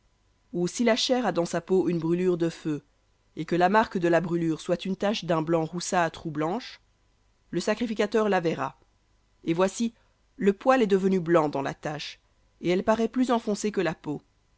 ou si la chair a dans sa peau une brûlure de feu et que la marque de la brûlure soit une tache d'un blanc roussâtre ou blanche le sacrificateur la verra et voici le poil est devenu blanc dans la tache